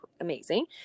amazing